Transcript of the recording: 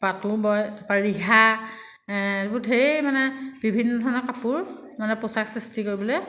পাটো বয় তাৰপৰা ৰিহা এইবোৰ ঢেৰ মানে বিভিন্ন ধৰণৰ কাপোৰ মানে পোচাক সৃষ্টি কৰিবলৈ